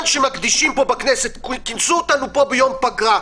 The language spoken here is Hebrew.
שמקדישים פה בכנסת כינסו אותנו פה ביום פגרה.